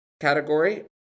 category